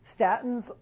Statins